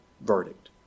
verdict